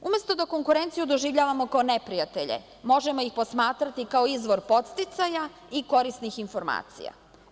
Umesto da konkurenciju doživljavamo kao neprijatelje, možemo ih posmatrati kao izvor podsticaja i korisnih informacija.